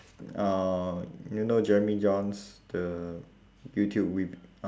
ah you know jeremy jahns the youtube we~